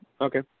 Okay